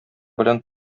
белән